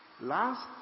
last